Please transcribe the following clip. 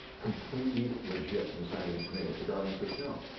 completely legit in the scientific community. but darwin says, no,